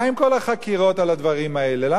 למה לא שמענו שאף אחד לא נעצר?